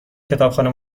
کتابخانه